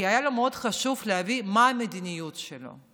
היה לי מאוד חשוב להבין מה המדיניות שלו,